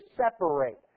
separate